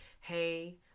hey